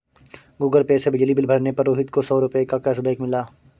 Google Pay से बिजली bill भरने पर रोहित को सौ रूपए का कैशबैक मिला